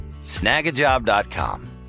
snagajob.com